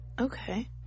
Okay